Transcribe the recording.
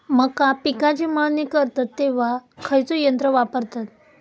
मका पिकाची मळणी करतत तेव्हा खैयचो यंत्र वापरतत?